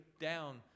down